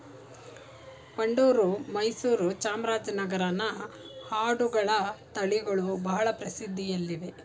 ಬಂಡೂರು, ಮೈಸೂರು, ಚಾಮರಾಜನಗರನ ಆಡುಗಳ ತಳಿಗಳು ಬಹಳ ಪ್ರಸಿದ್ಧಿಯಲ್ಲಿವೆ